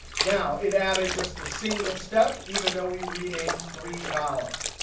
now it added just a single step, even though we renamed three columns.